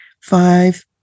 five